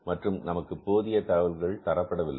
மற்றும் நமக்கு போதிய தகவல்கள் தரப்படவில்லை